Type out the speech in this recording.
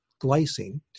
glycine